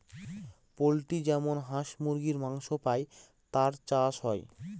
poultry যেমন হাঁস মুরগীর মাংস পাই তার চাষ হয়